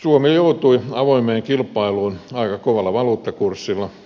suomi joutui avoimeen kilpailuun aika kovalla valuuttakurssilla